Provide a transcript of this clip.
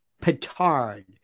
petard